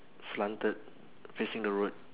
slanted facing the road